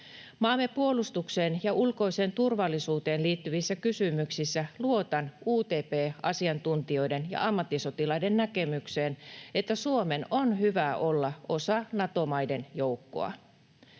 Maamme puolustukseen ja ulkoiseen turvallisuuteen liittyvissä kysymyksissä luotan UTP-asiantuntijoiden ja ammattisotilaiden näkemykseen, että Suomen on hyvä olla osa Nato-maiden joukkoa.